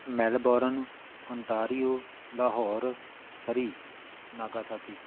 Melbourne Ontario Lahore Surrey Nagasaki